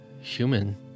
human